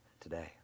today